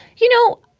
you know,